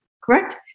correct